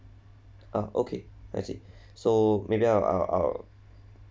ah okay I see so maybe I'll I'll I'll